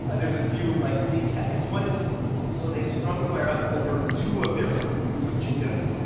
and there's a few, like, big caveats. one is so they've strung the wire up over two of their sort of groups of chickens.